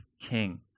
king